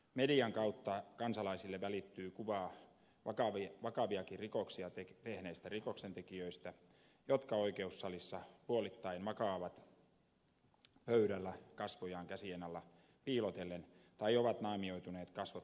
median kautta kansalaisille välittyy kuva vakaviakin rikoksia tehneistä rikoksen tekijöistä jotka oikeussalissa puolittain makaavat pöydällä kasvojaan käsien alla piilotellen tai ovat naamioituneet kasvot peittävillä vaatteilla